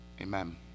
Amen